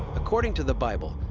according to the bible,